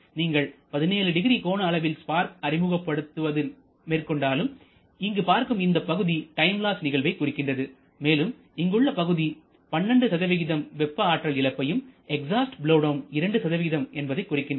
நீங்கள் 170 கோண அளவில் ஸ்பார்க் அறிமுகப்படுத்துதல் மேற்கொண்டாலும்இங்கு பார்க்கும் இந்த பகுதி டைம் லாஸ் நிகழ்வை குறிக்கிறது மேலும் இங்கு உள்ள பகுதி 12 வெப்ப ஆற்றல் இழப்பையும் எக்ஸாஸ்ட் பலோவ் டவுன் 2 என்பதை குறிக்கிறது